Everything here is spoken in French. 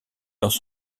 dans